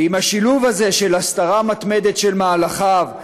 ועם השילוב הזה של הסתרה מתמדת של מהלכיו,